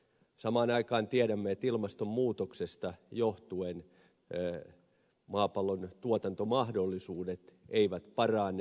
samaan aikaan tiedämme että ilmastonmuutoksesta johtuen maapallon tuotantomahdollisuudet eivät parane